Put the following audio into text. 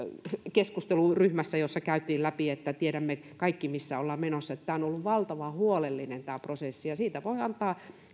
keskusteluryhmässä jossa käytiin läpi että tiedämme kaikki missä ollaan menossa tämä prosessi on ollut valtavan huolellinen ja siitä voi antaa